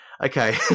Okay